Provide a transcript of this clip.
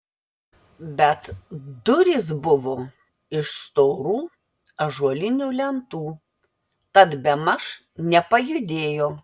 bet durys buvo iš storų ąžuolinių lentų tad bemaž nepajudėjo